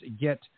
get